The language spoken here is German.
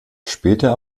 später